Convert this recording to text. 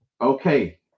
Okay